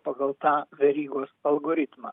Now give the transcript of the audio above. pagal tą verygos algoritmą